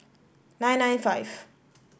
nine nine five